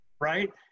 right